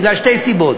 בגלל שתי סיבות: